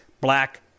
Black